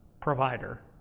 provider